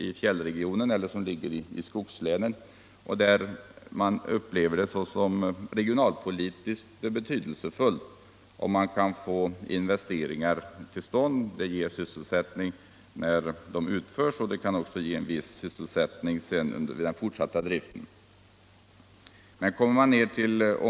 I fjällregionen eller i skogslänen upplever man det som regionalpolitiskt betydelsefullt att få till stånd en investering. Det ger sysselsättning när anläggningarna uppförs och även viss sysselsättning när de tagits i bruk.